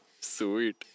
Sweet